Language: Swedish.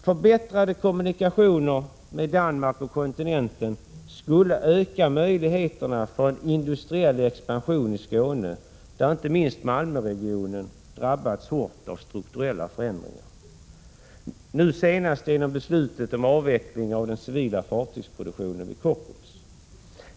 Förbättrade kommunikationer med Danmark och kontinenten skulle öka möjligheterna för en industriell expansion i Skåne, där inte minst Malmöregionen drabbats hårt av strukturella förändringar; nu senast genom beslutet om avveckling av den civila fartygsproduktionen vid Kockums.